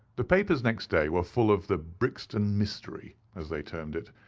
the papers next day were full of the brixton mystery, as they termed it.